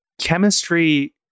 chemistry